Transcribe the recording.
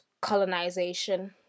colonization